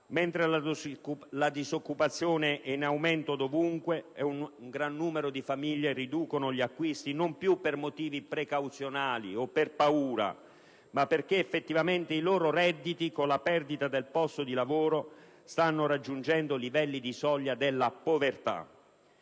mentre la disoccupazione è in aumento dovunque e un gran numero di famiglie riducono gli acquisti non più per motivi precauzionali o per paura, ma perché effettivamente i loro redditi, con la perdita del posto di lavoro, stanno raggiungendo livelli di soglia della povertà.